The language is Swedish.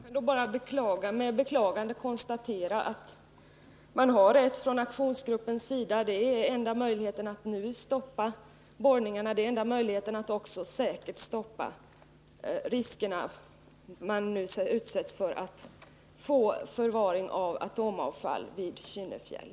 Fru talman! Jag kan bara med beklagande konstatera att man har rätt från aktionsgruppens sida. Enda möjligheten är nu att stoppa borrningarna för att säkert eliminera riskerna för att att man skall få förvaring av atomavfall i Kynnefjäll.